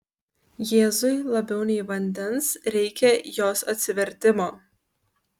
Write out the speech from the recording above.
jėzui labiau nei vandens reikia jos atsivertimo